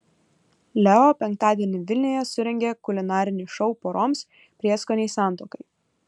leo penktadienį vilniuje surengė kulinarinį šou poroms prieskoniai santuokai